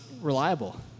reliable